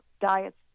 diets